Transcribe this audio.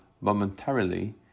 momentarily